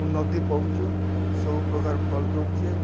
ଉନ୍ନତି ପାଉଛୁଁ ସବୁ ପ୍ରକାର୍ ଫଲ୍ ଦେଉଛେ